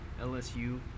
LSU